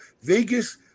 vegas